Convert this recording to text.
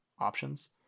options